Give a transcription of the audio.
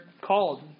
called